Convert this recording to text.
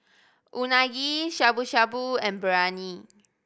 Unagi Shabu Shabu and Biryani